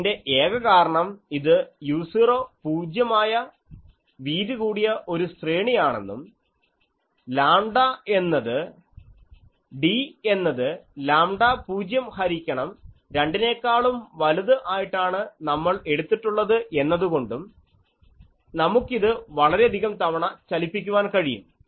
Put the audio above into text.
അതിൻറെ ഏക കാരണം ഇത് u0 പൂജ്യമായ വീതികൂടിയ ഒരു ശ്രേണി ആണെന്നും d എന്നത് ലാംഡ 0 ഹരിക്കണം 2 നേക്കാളും വലുത് ആയിട്ടാണ് നമ്മൾ എടുത്തിട്ടുള്ളത് എന്നതുകൊണ്ടും നമുക്കിത് വളരെയധികം തവണ ചലിപ്പിക്കുവാൻ കഴിയും